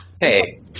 hey